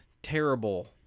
terrible